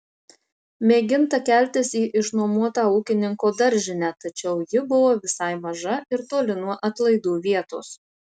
mėginta keltis į išnuomotą ūkininko daržinę tačiau ji buvo visai maža ir toli nuo atlaidų vietos